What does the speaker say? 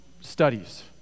studies